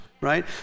Right